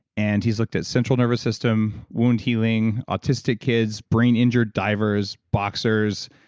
and he's looked at central nervous system, wound healing, autistic kids, brain injured divers boxers,